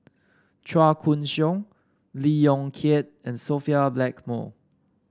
Chua Koon Siong Lee Yong Kiat and Sophia Blackmore